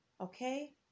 Okay